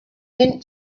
mint